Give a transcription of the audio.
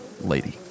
Lady